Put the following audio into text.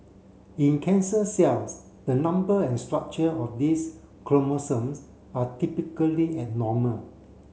in cancer cells the number and structure of these chromosomes are typically abnormal